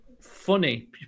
funny